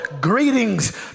greetings